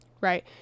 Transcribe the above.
right